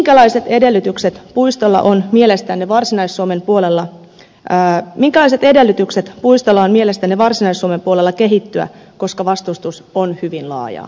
tällaiset edellytykset puistolla on mielestänne varsinais suomen puolella ja minkälaiset edellytykset puistolla on mielestänne varsinais suomen puolella kehittyä kun vastustus on hyvin laajaa